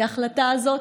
כי ההחלטה הזאת,